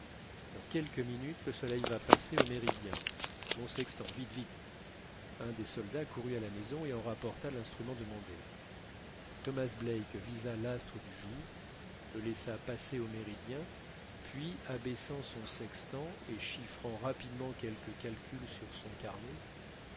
dans quelques minutes le soleil va passer au méridien mon sextant vite vite un des soldats courut à la maison et en rapporta l'instrument demandé thomas black visa l'astre du jour le laissa passer au méridien puis abaissant son sextant et chiffrant rapidement quelques calculs sur son carnet